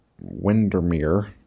Windermere